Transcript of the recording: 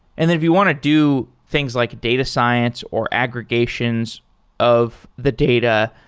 and then if you want to do things like data science or aggregations of the data,